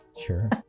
Sure